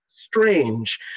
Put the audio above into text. strange